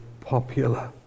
popular